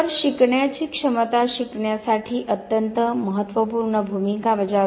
तर शिकण्याची क्षमता शिकण्यासाठी अत्यंत महत्त्वपूर्ण भूमिका बजावते